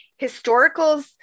historicals